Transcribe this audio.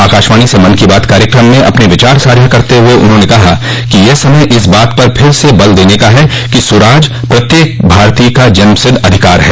आकाशवाणी से मन की बात कार्यक्रम में अपने विचार साझा करते हुए उन्होंने कहा कि यह समय इस बात पर फिर से जोर देने का है कि सुराज प्रत्येक भारतीय का जन्मसिद्ध अधिकार है